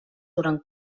durant